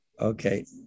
Okay